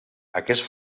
aquests